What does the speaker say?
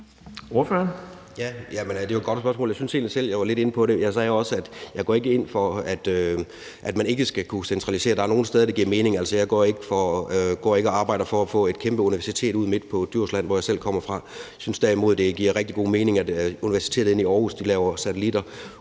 at jeg ikke går ind for, at man ikke skal kunne centralisere; der er nogle steder, det giver mening. Altså, jeg går ikke og arbejder for at få et kæmpe universitet midt på Djursland, hvor jeg selv kommer fra. Jeg synes derimod, det giver rigtig god mening, at universitetet inde i Aarhus laver satellitter